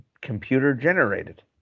computer-generated